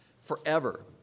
forever